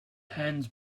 hands